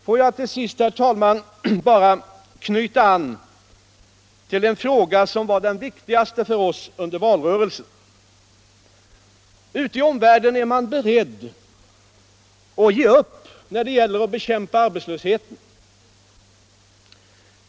Får jag till sist, herr talman, bara knyta an till en fråga som hörde till de viktigaste för oss under valrörelsen. Ute i omvärlden är man beredd att ge upp när det gäller att békämpa arbetslösheten.